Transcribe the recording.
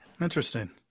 Interesting